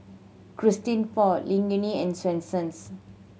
Christian Paul Laneige and Swensens